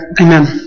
Amen